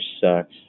sucks